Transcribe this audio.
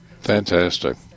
Fantastic